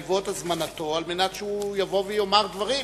מחייב הזמנתו על מנת שהוא יבוא ויאמר דברים.